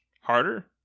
harder